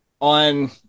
On